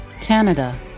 Canada